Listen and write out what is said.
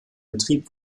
betrieb